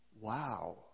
Wow